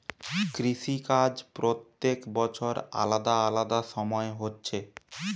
কৃষি কাজ প্রত্যেক বছর আলাদা আলাদা সময় হচ্ছে